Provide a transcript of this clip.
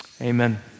amen